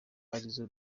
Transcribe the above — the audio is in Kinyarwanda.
arizo